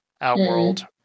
Outworld